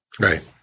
Right